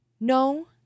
No